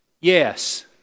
Yes